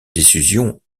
décision